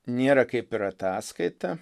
nėra kaip ir ataskaita